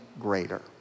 greater